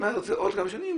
זאת אומרת עוד כמה שנים,